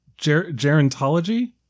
gerontology